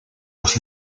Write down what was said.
los